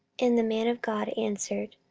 and the man of god answered,